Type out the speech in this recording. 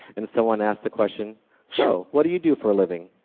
and someone asked a question so what do you do for a living?